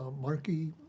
Markey